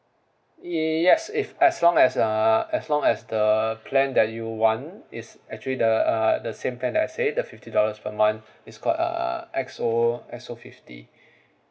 yes if as long as uh as long as the plan that you want it's actually the uh the same plan that I say the fifty dollars per month it's call uh X_O X_O fifty